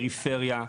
לפריפריה.